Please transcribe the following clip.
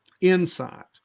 insight